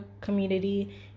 community